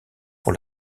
pour